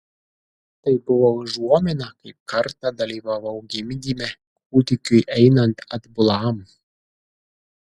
tai buvo užuomina kaip kartą dalyvavau gimdyme kūdikiui einant atbulam